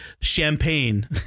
Champagne